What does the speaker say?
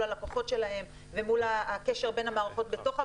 הלקוחות שלהם ומול הקשר בין המערכות בתוך הבנק,